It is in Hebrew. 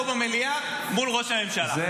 פה במליאה מול ראש הממשלה,